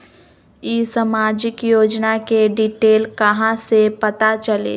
ई सामाजिक योजना के डिटेल कहा से पता चली?